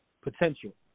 potential